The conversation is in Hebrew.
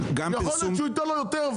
יכול להיות שהוא אפילו ייתן לאסם יותר.